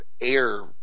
air